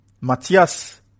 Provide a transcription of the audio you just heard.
matthias